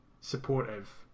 supportive